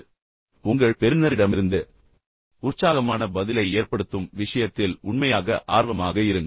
எனவே உங்கள் பெறுநரிடமிருந்து உற்சாகமான பதிலை ஏற்படுத்தும் விஷயத்தில் உண்மையாக ஆர்வமாக இருங்கள்